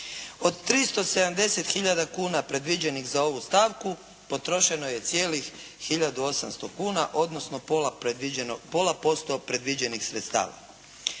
Od 370 hiljada kuna predviđenih za ovu stavku potrošeno je cijelih hiljadu i 800 kuna, odnosno pola posto predviđenih sredstava.